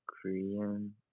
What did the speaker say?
korean